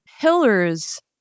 pillars